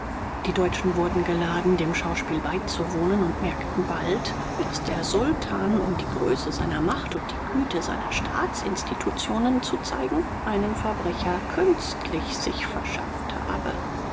die deutschen wurden geladen dem schauspiel beizuwohnen und merkten bald daß der sultan um die größe seiner macht und die güte seiner staatsinstitutionen zu zeigen einen verbrecher künstlich sich verschafft habe